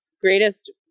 greatest